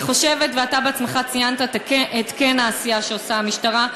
אני חושבת, ואתה בעצמך ציינת את העשייה של המשטרה.